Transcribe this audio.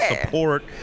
support